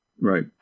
Right